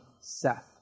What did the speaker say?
Seth